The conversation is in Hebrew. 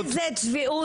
בעיניי זו צביעות.